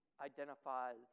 identifies